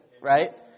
Right